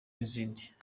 n’izindi